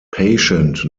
patient